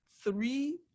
three